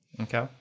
Okay